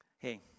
Hey